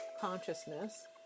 Consciousness